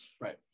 Right